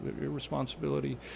irresponsibility